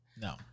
No